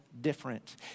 different